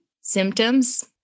symptoms